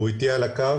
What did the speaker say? הוא איתי על הקו,